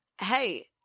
hey